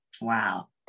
Wow